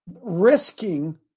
risking